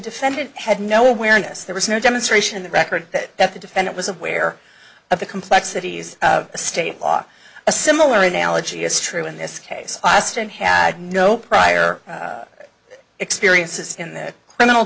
defendant had no awareness there was no demonstration in the record that that the defendant was aware of the complexities of state law a similar analogy is true in this case last and had no prior experiences in the criminal